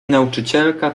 nauczycielka